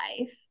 life